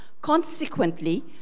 Consequently